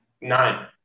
Nine